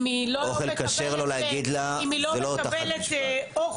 אם היא לא מקבלת אוכל.